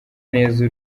neza